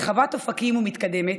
רחבת אופקים ומתקדמת,